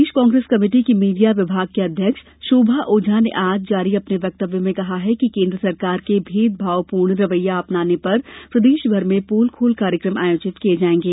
प्रदेश Congress committee की media विभाग की अध्यक्ष शोभा ओझा ने आज जारी अपने वक्तव्य में कहा है कि केन्द्र सरकार के भेदभावपूर्ण रवैया अपनाने पर प्रदेशभर में पोल खोल कार्यक्रम आयोजित किये जायेंगे